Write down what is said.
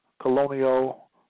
colonial